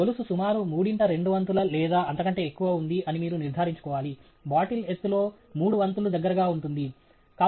గొలుసు సుమారు మూడింట రెండు వంతుల లేదా అంతకంటే ఎక్కువ ఉంది అని మీరు నిర్ధారించుకోవాలి బాటిల్ ఎత్తులో మూడు వంతులు దగ్గరగా ఉంటుంది